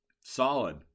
Solid